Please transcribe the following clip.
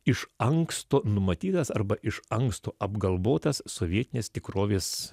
iš anksto numatytas arba iš anksto apgalvotas sovietinės tikrovės